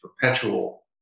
perpetual